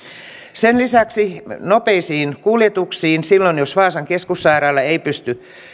sen lisäksi nopeisiin kuljetuksiin silloin jos vaasan keskussairaala ei pysty